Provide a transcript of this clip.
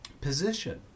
position